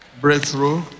Breakthrough